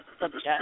subject